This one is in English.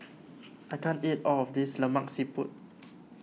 I can't eat all of this Lemak Siput